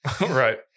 Right